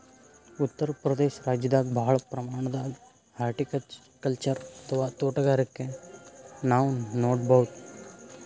ಉತ್ತರ್ ಪ್ರದೇಶ ರಾಜ್ಯದಾಗ್ ಭಾಳ್ ಪ್ರಮಾಣದಾಗ್ ಹಾರ್ಟಿಕಲ್ಚರ್ ಅಥವಾ ತೋಟಗಾರಿಕೆ ನಾವ್ ನೋಡ್ಬಹುದ್